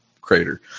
crater